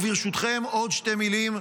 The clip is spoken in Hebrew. ברשותכם, עוד שתי מילים,